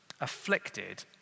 afflicted